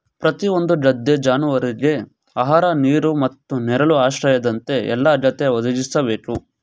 ಪ್ರತಿಯೊಂದು ಗದ್ದೆ ಜಾನುವಾರುವಿಗೆ ಆಹಾರ ನೀರು ಮತ್ತು ನೆರಳು ಆಶ್ರಯದಂತ ಎಲ್ಲಾ ಅಗತ್ಯ ಒದಗಿಸ್ಬೇಕು